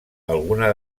alguna